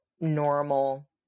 normal